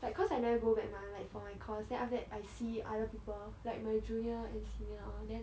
like cause I never go back mah like for my course then after that I see other people like my junior and senior all then